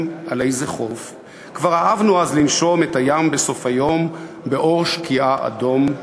על איזה חוף / כבר אהבנו אז לנשום את הים בסוף היום / באור שקיעה אדום /